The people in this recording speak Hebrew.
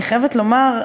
אני חייבת לומר,